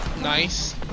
Nice